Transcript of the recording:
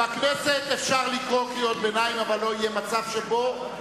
בכנסת אפשר לקרוא קריאות ביניים אבל לא יהיה מצב שבו